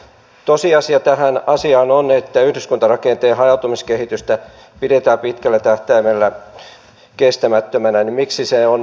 tosiasia tässä asiassa on että yhdyskuntarakenteen hajautumiskehitystä pidetään pitkällä tähtäimellä kestämättömänä mutta miksi se on näin